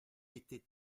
était